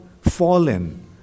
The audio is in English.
fallen